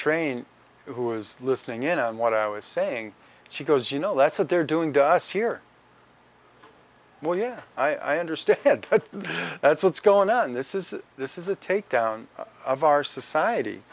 train who was listening in on what i was saying she goes you know that's what they're doing to us here well yeah i understand that's what's going on this is this is a takedown of our society